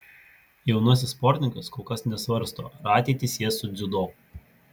jaunasis sportininkas kol kas nesvarsto ar ateitį sies su dziudo